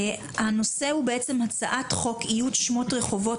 הנושא הוא הצעת חוק איות שמות רחובות,